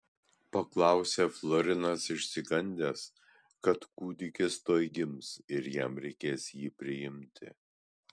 paklausė florinas išsigandęs kad kūdikis tuoj gims ir jam reikės jį priimti